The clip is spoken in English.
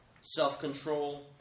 self-control